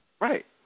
Right